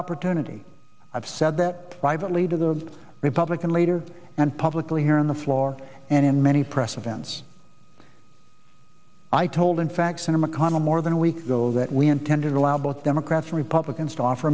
opportunity i've said that privately to the republican leader and publicly here on the floor and in many press events i told him fax in a mcconnell more than a week ago that we intended to allow both democrats and republicans to offer